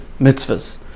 mitzvahs